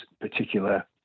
particular